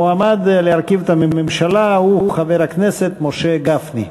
המועמד להרכיב את הממשלה הוא חבר הכנסת משה גפני,